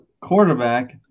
quarterback